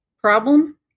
Problem